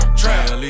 trap